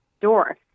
door